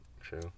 True